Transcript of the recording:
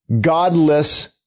godless